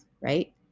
right